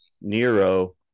nero